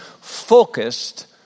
focused